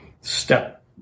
step